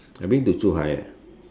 I've been to Zhuhai